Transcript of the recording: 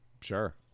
Sure